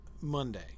Monday